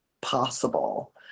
possible